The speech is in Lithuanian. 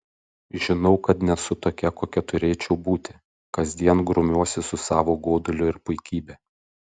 žinau kad nesu tokia kokia turėčiau būti kasdien grumiuosi su savo goduliu ir puikybe